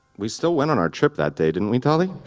we still went on our trip that day, didn't we tali?